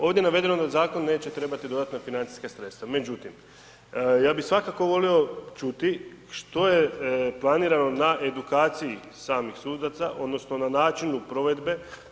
Ovdje je navedeno da zakon neće trebati dodatne financijska sredstva, međutim, ja bi svakako volio čuti, što je planirano na edukaciji samih sudaca, odnosno, na načinu provedbe.